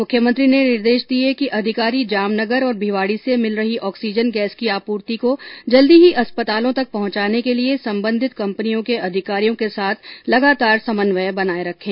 मुख्यमंत्री ने निर्देश दिए कि अधिकारी जाम नगर और भिवाडी से मिल रही ऑक्सीजन गैस की आपर्ति को जल्दी ही अस्पतालों तक पहुंचाने के लिए संबंधित कंपनियों के अधिकारियों के साथ लगातार समन्वय बनाये रखे